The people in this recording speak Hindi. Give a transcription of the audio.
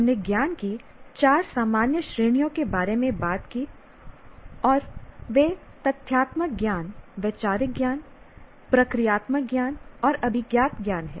हमने ज्ञान की चार सामान्य श्रेणियों के बारे में बात की और वे तथ्यात्मक ज्ञान वैचारिक ज्ञान प्रक्रियात्मक ज्ञान और अभिज्ञात ज्ञान हैं